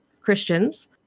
Christians